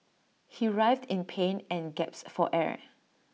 he writhed in pain and gasped for air